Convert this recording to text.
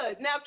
Now